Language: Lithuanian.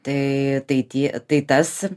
tai tai tie tai tas